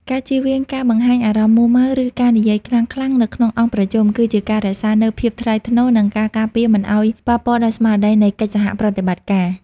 ការជៀសវាងការបង្ហាញអារម្មណ៍មួម៉ៅ ឬការនិយាយខ្លាំងៗនៅក្នុងអង្គប្រជុំ គឺជាការរក្សានូវភាពថ្លៃថ្នូរ និងការការពារមិនឱ្យប៉ះពាល់ដល់ស្មារតីនៃកិច្ចសហប្រតិបត្តិការ។